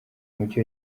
umujyi